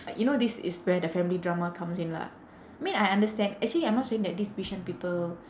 like you know this is where the family drama comes in lah I mean I understand actually I'm not saying that these bishan people